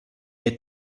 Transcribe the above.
est